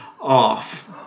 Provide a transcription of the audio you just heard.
off